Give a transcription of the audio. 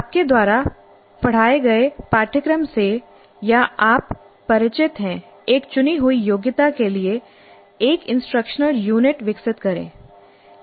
आपके द्वारा पढ़ाए गए पाठ्यक्रम से या आप परिचित हैं एक चुनी हुई योग्यता के लिए एक इंस्ट्रक्शनल यूनिट विकसित करें